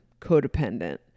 codependent